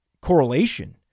correlation